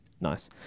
Nice